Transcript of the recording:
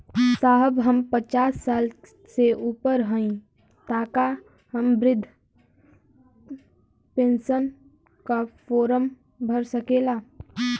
साहब हम पचास साल से ऊपर हई ताका हम बृध पेंसन का फोरम भर सकेला?